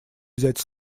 взять